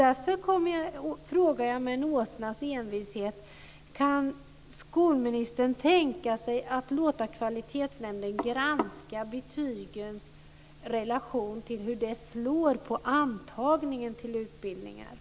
Därför frågar jag med en åsnas envishet: Kan skolministern tänka sig att låta kvalitetsnämnden granska hur betygen slår vid antagning till utbildningar?